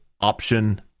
option